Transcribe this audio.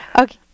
Okay